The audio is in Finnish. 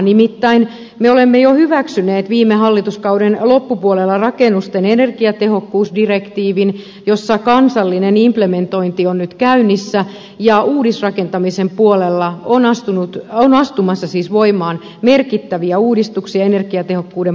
nimittäin me olemme jo hyväksyneet viime hallituskauden loppupuolella rakennusten energiatehokkuusdirektiivin jossa kansallinen implementointi on nyt käynnissä ja uudisrakentamisen puolella on siis astumassa voimaan merkittäviä uudistuksia energiatehokkuuden parantamiseksi